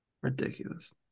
Ridiculous